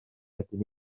ydyn